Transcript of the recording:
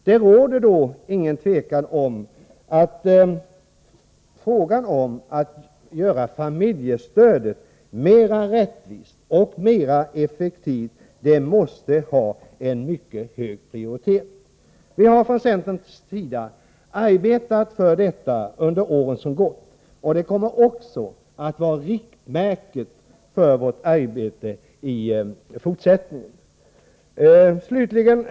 Frågan om att göra familjestödet mera rättvist och mera effektivt måste då ha mycket hög prioritet. Vi har från centerns sida arbetat för detta under åren som gått, och det kommer också att vara riktmärket för vårt arbete i fortsättningen. Herr talman!